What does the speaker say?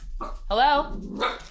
Hello